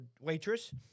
waitress